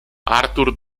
arthur